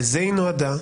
לזה היא נועדה.